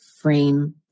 frame